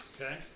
Okay